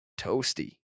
toasty